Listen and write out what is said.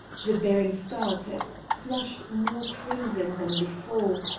the baron started, flushed more crimson than before,